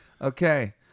Okay